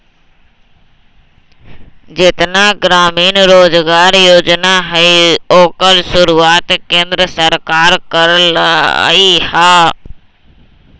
जेतना ग्रामीण रोजगार योजना हई ओकर शुरुआत केंद्र सरकार कर लई ह